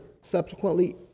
subsequently